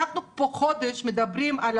אנחנו פה חודש מדברים על